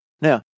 Now